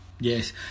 Yes